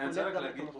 אני רק רוצה להגיד,